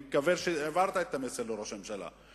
אני מקווה שהעברת את המסר לראש הממשלה,